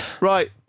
right